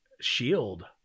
shield